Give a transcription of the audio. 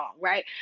right